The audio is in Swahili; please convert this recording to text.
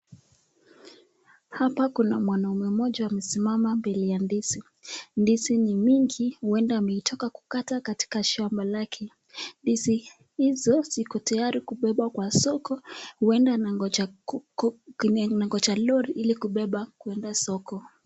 Hapa kuna mwanaume mmoja amesimama mbele ya ndizi, ndizi ni mingi huenda ametoka kukata katika shamba lake. Ndizi hizo ziko tayari kubebwa kwa soko, huenda anangoja lori ili kubeba kuenda soko.